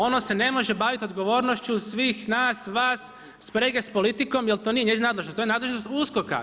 Ono se ne može baviti odgovornošću svih nas, vas, sprege s politikom jer to nije njezina nadležnost, to je nadležnost USKOK-a.